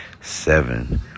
Seven